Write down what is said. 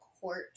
court